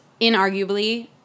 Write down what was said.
inarguably